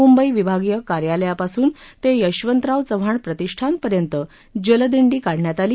म्बई विभागीय कार्यालयापासून ते यशवंतराव चव्हाण प्रतिष्ठान पर्यंत जलदिंडी काढण्यात आली